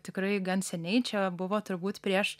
tikrai gan seniai čia buvo turbūt prieš